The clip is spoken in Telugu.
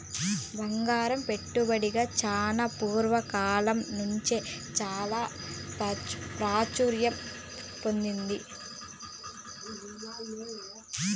బంగారం పెట్టుబడిగా చానా పూర్వ కాలం నుంచే చాలా ప్రాచుర్యం పొందింది